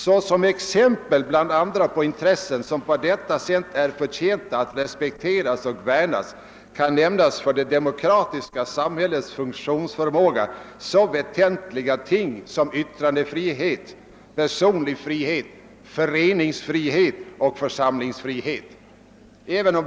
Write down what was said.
Såsom exempel bland andra på intressen, som på detta sätt är förtjänta att respekteras och värnas, kan nämnas för det demokratiska samhällets funktionsförmåga så väsentliga ting som yttrandefrihet, personlig frihet, föreningsfrihet och församlingsfrihet. ——— Även on?